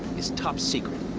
is top secret.